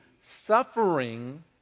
suffering